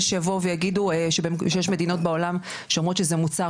יש כאלו שיגידו שיש מדינות בעולם שאומרות שזה מוצר